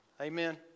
Amen